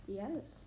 yes